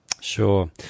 Sure